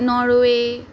Norway